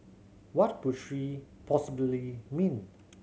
what could she possibly mean